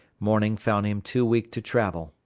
morning found him too weak to travel.